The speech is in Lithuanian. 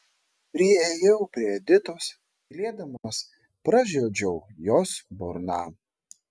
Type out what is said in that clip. priėjau prie editos tylėdamas pražiodžiau jos burną